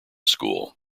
school